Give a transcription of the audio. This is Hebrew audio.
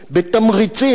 בתמריצים,